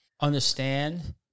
Understand